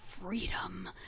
Freedom